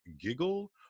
giggle